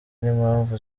n’impamvu